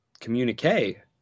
communique